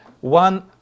One